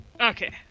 Okay